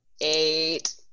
Eight